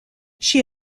she